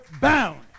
bound